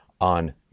on